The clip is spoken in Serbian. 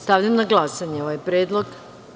Stavljam na glasanje ovaj predlog.